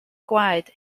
gwaed